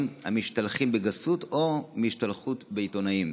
המשתלחים בגסות או מהשתלחות בעיתונאים?